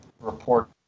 Report